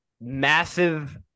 massive